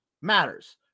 matters